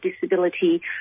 disability